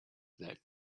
that